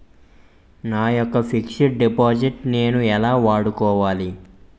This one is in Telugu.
నా యెక్క ఫిక్సడ్ డిపాజిట్ ను నేను ఎలా వాడుకోవాలి?